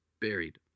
buried